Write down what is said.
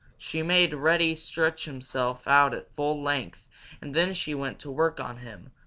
she made reddy stretch himself out at full length and then she went to work on him,